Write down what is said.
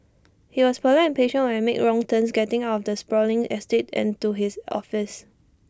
he was polite and patient when I made wrong turns getting out of the sprawling estate and to his office